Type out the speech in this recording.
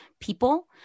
people